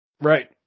Right